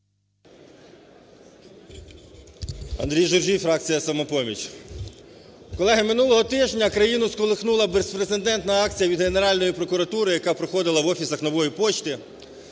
Андрій Журжій, фракція "Самопоміч". Колеги, минулого тижня країну сколихнула безпрецедентна акція від Генеральної прокуратури, яка проходила в офісах "Нової пошти"